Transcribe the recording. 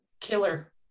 killer